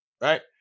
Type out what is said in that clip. Right